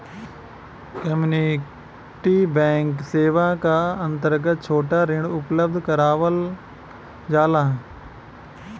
community bank सेवा क अंतर्गत छोटा ऋण उपलब्ध करावल जाला